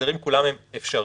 ההסדרים כולם אפשריים,